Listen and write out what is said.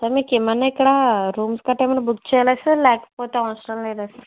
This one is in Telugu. సార్ మీకు ఏమైనా ఇక్కడ రూమ్స్ కట్ట ఏమైనా బుక్ చేయాలా సార్ లేకపోతే అవసరం లేదా సార్